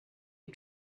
you